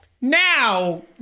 Now